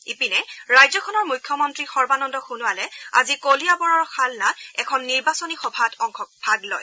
ইপিনে ৰাজ্যখনৰ মুখ্যমন্ত্ৰী সৰ্বানন্দ সোণোৱালে আজি কলিয়াবৰৰ শালনাত এখন নিৰ্বাচনী সভাত ভাগ লয়